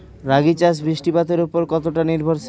রাগী চাষ বৃষ্টিপাতের ওপর কতটা নির্ভরশীল?